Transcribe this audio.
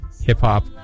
hip-hop